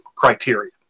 criteria